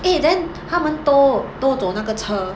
eh then 他们 tow tow 走那个车